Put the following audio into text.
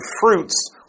fruits